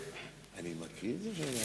אני מקריא את זה?